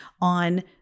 on